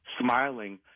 smiling